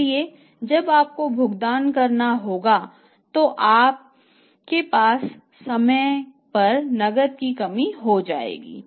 इसलिए जब आपको भुगतान करना होगा तो आपके पास उस समय नकद की कमी हो जाएगी